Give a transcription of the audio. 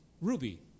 ruby